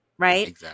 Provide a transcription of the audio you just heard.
Right